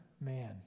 man